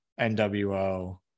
NWO